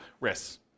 risks